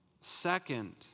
second